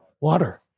water